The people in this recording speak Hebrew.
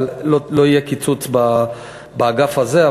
אבל לא יהיה קיצוץ באגף הזה.